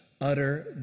utter